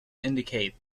indicate